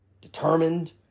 Determined